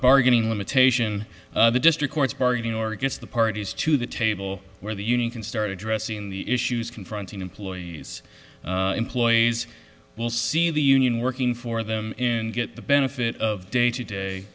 bargaining limitation the district courts bargaining or gets the parties to the table where the union can start addressing the issues confronting employees employees will see the union working for them in get the benefit of day to day